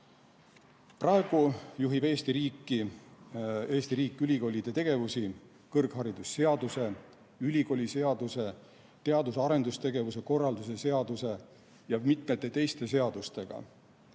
Praegu juhib Eesti riik ülikoolide tegevusi kõrgharidusseaduse, ülikooliseaduse, teadus‑ ja arendustegevuse korralduse seaduse ja mitme teise seadusega.